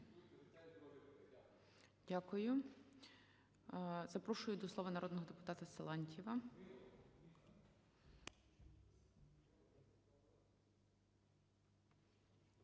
Дякую. Запрошую до слова народного депутата Антонищака.